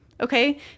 Okay